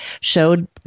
showed